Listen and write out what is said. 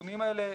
הארגונים האלה,